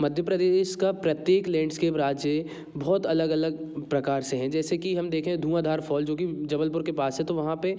मध्य प्रदेश का प्रत्येक लैंडस्केप राज्य है बहुत अलग अलग प्रकार से हैं जैसे कि हम देखें धुआँधार फॉल जो कि जबलपुर के पास है तो वहाँ पर